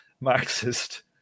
Marxist